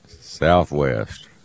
Southwest